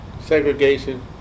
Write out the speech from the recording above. segregation